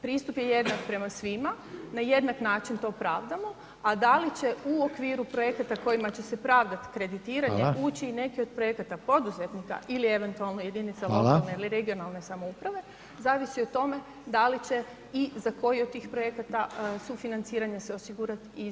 Pristup je jednak prema svima, na jednak način to pravdamo, a da li će u okviru projekata kojima će se pravdat kreditiranje [[Upadica: Hvala.]] ući i neki od projekata poduzetnika ili eventualno jedinica [[Upadica: Hvala.]] lokalne ili regionalne samouprave zavisi o tome da li će i za koji od tih projekata sufinanciranje se osigurat iz …/nerazumljivo/… hvala.